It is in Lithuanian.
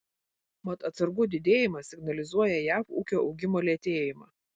mat atsargų didėjimas signalizuoja jav ūkio augimo lėtėjimą